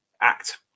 act